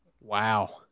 Wow